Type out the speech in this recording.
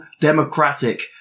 democratic